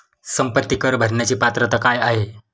संपत्ती कर भरण्याची पात्रता काय आहे?